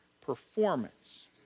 performance